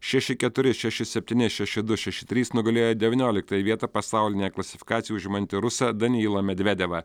šeši keturi šeši septyni šeši du šeši trys nugalėjo devynioliktą vietą pasaulinėje klasifikacijoje užimantį rusą danilą medvedevą